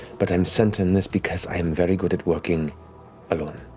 but i'm sent on this because i am very good at working alone.